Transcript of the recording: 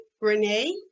Renee